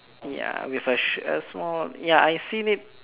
ya with a sh~ uh small ya I've seen it